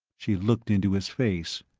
she looked into his face.